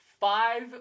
Five